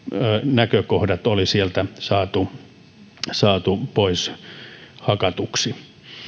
näkökohdat oli sieltä saatu saatu pois hakatuksi